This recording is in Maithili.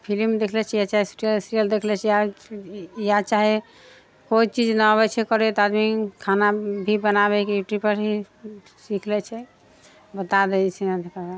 फिलिम देखि लैत छियै चाहे टी वी सीरियल देखि लैत छियै या चाहे कोइ चीज नहि आबैत छै करे तऽ आदमी खाना भी बनाबेके यूट्यूब पर ही सीख लैत छै बता दय छै